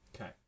Okay